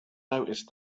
noticed